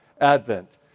advent